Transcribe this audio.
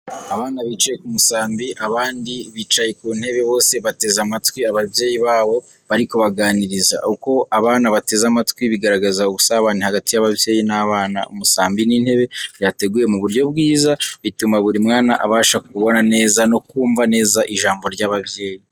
Abana bicaye ku musambi, abandi bicaye ku ntebe, bose bateze amatwi ababyeyi babo, bari kubaganiriza. Uko abana bateze amatwi, bigaragaza ubusabane hagati y'ababyeyi n'abana. Umusambi n'intebe byateguwe mu buryo bwiza, bituma buri mwana abasha kubona neza no kumva neza ijambo ry'ababyeyi.